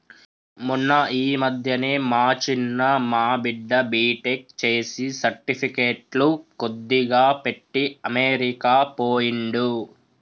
మొన్న ఈ మధ్యనే మా చిన్న మా బిడ్డ బీటెక్ చేసి సర్టిఫికెట్లు కొద్దిగా పెట్టి అమెరికా పోయిండు